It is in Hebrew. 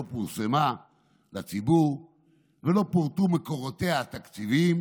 לא פורסמה לציבור ולא פורטו מקורותיה התקציביים,